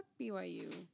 BYU